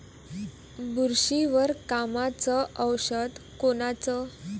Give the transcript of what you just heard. बुरशीवर कामाचं औषध कोनचं?